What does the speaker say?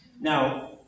Now